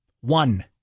One